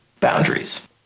Boundaries